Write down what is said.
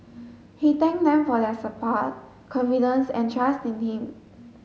he thank them for their support confidence and trust in him